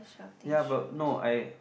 ya but no I